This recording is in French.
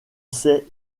sait